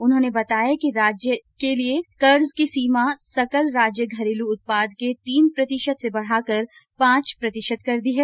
उन्होंने बताया कि सरकार ने राज्यों के लिए कर्ज की सीमा सकल राज्य घरेलू उत्पाद के तीन प्रतिशत से बढाकर पांच प्रतिशत कर दी है